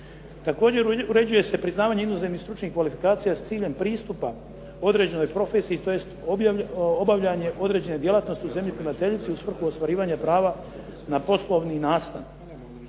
Također, uređuje se priznavanje inozemnih stručnih kvalifikacija s ciljem pristupa određenoj profesiji tj. obavljanje određene djelatnosti u zemlji primateljici usprkos ostvarivanja prava na poslovni nastan.